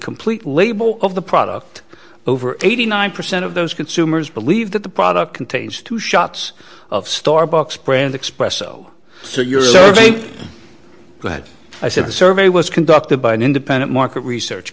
complete label of the product over eighty nine percent of those consumers believe that the product contains two shots of starbucks brand espresso so you're glad i said the survey was conducted by an independent market research